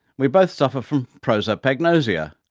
we both suffer from prosopagnosia,